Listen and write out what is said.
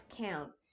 counts